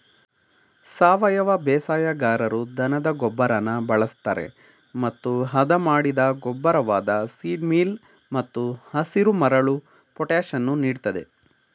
ಸಾವಯವ ಬೇಸಾಯಗಾರರು ದನದ ಗೊಬ್ಬರನ ಬಳಸ್ತರೆ ಮತ್ತು ಹದಮಾಡಿದ ಗೊಬ್ಬರವಾದ ಸೀಡ್ ಮೀಲ್ ಮತ್ತು ಹಸಿರುಮರಳು ಪೊಟ್ಯಾಷನ್ನು ನೀಡ್ತದೆ